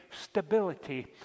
stability